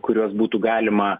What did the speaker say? kuriuos būtų galima